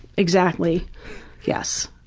exactly yes,